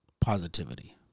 positivity